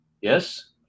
Yes